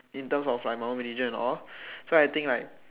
in terms of like my own religion and all so I think like